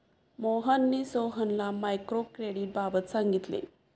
मोहनने सोहनला मायक्रो क्रेडिटबाबत सांगितले